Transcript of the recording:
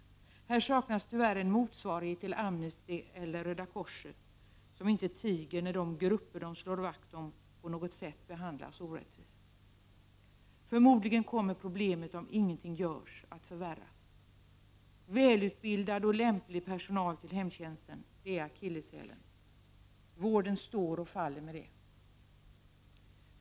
Här saknas tyvärr en motsvarighet till Amnesty eller Röda korset, som inte tiger när de grupper de slår vakt om på något sätt behandlas orättvist. Om ingenting görs kommer problemet förmodligen att förvärras. Välutbildad och lämplig personal till hemtjänsten är akilleshälen. Vården står och faller med den.